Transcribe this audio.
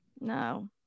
No